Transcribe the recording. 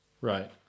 Right